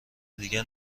دیگر